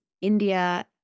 india